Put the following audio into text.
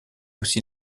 aussi